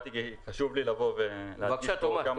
באתי מכיוון שחשוב לי לבוא ולהגיד פה כמה דברים.